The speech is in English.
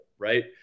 right